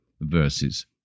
verses